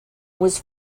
was